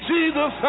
Jesus